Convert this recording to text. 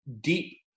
deep